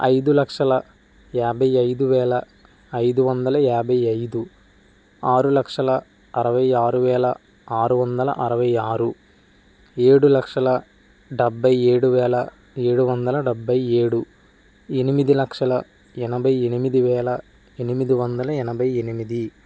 ఐదు లక్షల యాభై ఐదు వేల ఐదు వందల యాభై ఐదు ఆరు లక్షల అరవై ఆరు వేల ఆరు వందల అరవై ఆరు ఏడు లక్షల డెబ్బై ఏడు వేల ఏడు వందల డెబ్బై ఏడు ఎనిమిది లక్షల ఎనభై ఎనిమిది వేల ఎనిమిది వందల ఎనభై ఎనిమిది